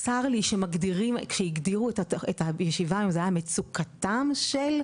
צר לי שהגדירו את הישיבה היום זה היה מצוקתם של-,